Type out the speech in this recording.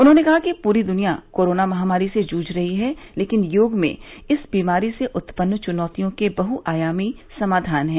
उन्होंने कहा कि पूरी दुनिया कोरोना महामारी से जूझ रही है लेकिन योग में इस बीमारी से उत्पन्न चुनौतियों के बहुआयामी समाधान हैं